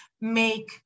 make